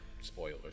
Spoilers